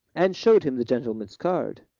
and showed him the gentleman's card.